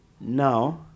Now